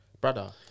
Brother